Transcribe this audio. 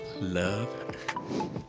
Love